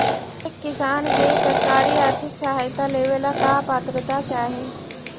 एक किसान के सरकारी आर्थिक सहायता लेवेला का पात्रता चाही?